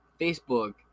Facebook